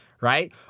right